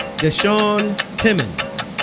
dashawn timmons